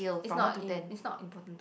it's not in it's not important to